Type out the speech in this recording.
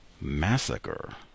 Massacre